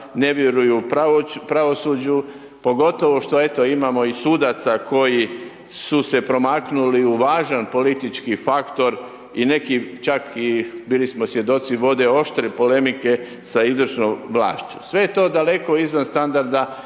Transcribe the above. ne vjeruju pravosuđu, pogotovo što eto, imamo i sudaca koji su se promaknuli u važan politički faktor i neki čak i bili smo svjedoci, vode oštre polemike sa izvršnom vlašću. Sve je to daleko izvan standarda